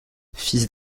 fils